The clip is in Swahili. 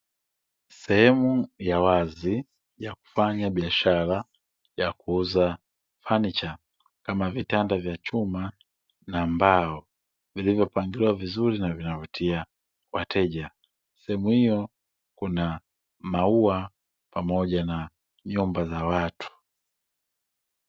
Sehemu ya wazi ya kufanya biashara ya kuuza fanicha, kama vitanda vya chuma na mbao vilivyopangiliwa vizuri na vinavutia wateja. Sehemu hiyo kuna maua pamoja na nyumba za watu.